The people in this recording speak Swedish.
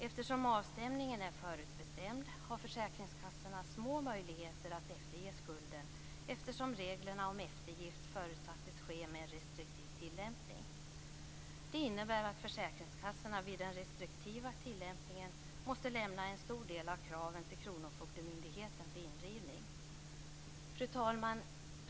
Eftersom avstämningen är förutbestämd har försäkringskassorna små möjligheter att efterge skulden, eftersom reglerna om eftergift förutsatte en restriktiv tillämpning. Det innebär att försäkringskassorna vid den restriktiva tillämpningen måste lämna en stor del av kraven till kronofogdemyndigheten för indrivning. Fru talman!